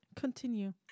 Continue